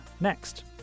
next